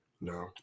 No